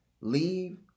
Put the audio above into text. Leave